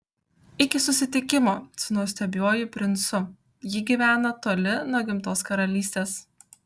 iki susitikimo su nuostabiuoju princu ji gyvena toli nuo gimtos karalystės